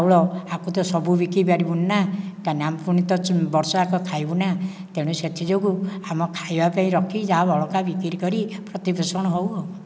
ଚାଉଳ ଏହାକୁ ତ ସବୁ ବିକିପାରିବୁନି ନା କାହିଁକି ନା ଆମେ ବର୍ଷଯାକ ଖାଇବୁ ନା ତେଣୁ ସେଥିଯୋଗୁଁ ଆମ ଖାଇବା ପାଇଁ ରଖି ଯାହା ବଳକା ବିକ୍ରି କରି ପ୍ରତିପୋଷଣ ହେଉ ଆଉ